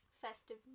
festive